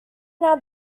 now